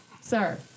Sir